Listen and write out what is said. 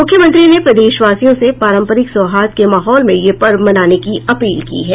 मुख्यमंत्री ने प्रदेशवासियों से पारंपरिक सौहार्द के माहौल में यह पर्व मनाने की अपील की है